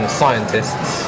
scientists